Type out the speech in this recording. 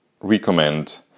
recommend